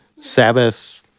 Sabbath